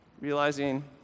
realizing